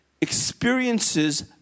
experiences